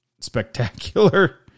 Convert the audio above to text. spectacular